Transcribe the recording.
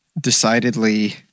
decidedly